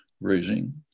raising